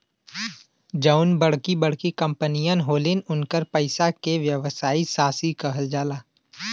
जउन बड़की बड़की कंपमीअन होलिन, उन्कर पइसा के व्यवसायी साशी कहल जाला